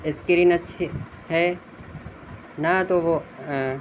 screen اچھی ہے نہ تو وہ